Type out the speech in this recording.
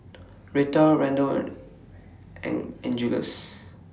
Reta Randall and Angeles